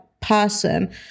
person